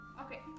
Okay